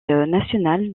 national